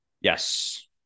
Yes